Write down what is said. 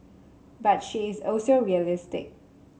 but she is also realistic